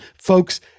folks